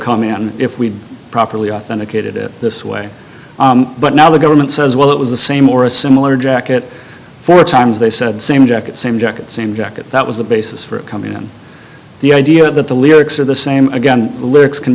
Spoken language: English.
come in if we'd properly authenticated it this way but now the government says well it was the same or a similar jacket four times they said same jacket same jacket same jacket that was the basis for coming on the idea that the lyrics are the same again the lyrics can